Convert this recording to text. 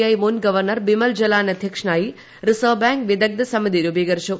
I മുൻ ഗുപ്പർണർ ബിമൽ ജലാൻ അദ്ധ്യക്ഷനായി റിസർവ്വ് ബാങ്ക് വിദഗ്ദ്ധ സമിതി രൂപീകരിച്ചു